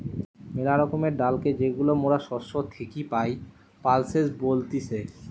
মেলা রকমের ডালকে যেইগুলা মরা শস্য থেকি পাই, পালসেস বলতিছে